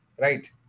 right